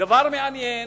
דבר מעניין,